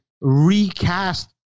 recast